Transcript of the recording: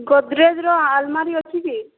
ଗୋଦ୍ରେଜ୍ ର ଆଲ୍ମାରି ଅଛି କି